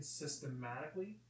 systematically